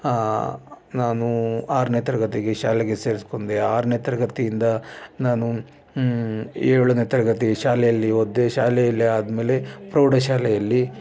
ನಾನೂ ಆರನೇ ತರಗತಿಗೆ ಶಾಲೆಗೆ ಸೇರಿಸ್ಕೊಂಡೆ ಆರನೇ ತರಗತಿಯಿಂದ ನಾನು ಏಳನೇ ತರಗತಿ ಶಾಲೆಯಲ್ಲಿ ಓದಿದೆ ಶಾಲೆಯಲ್ಲಿ ಆದ್ಮೇಲೆ ಪ್ರೌಢ ಶಾಲೆಯಲ್ಲಿ